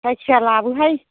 जायखिया लाबोहाय